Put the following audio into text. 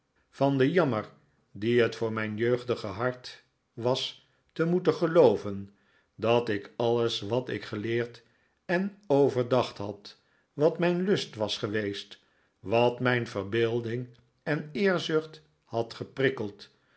van den jammer dien het voor mijn jeugdige hart was te moeten gelooven dat ik alles wat ik geleerd en ovefdacht had wat mijn lust was geweest wat mijn yerbeelding en eerzucht had geprikkeld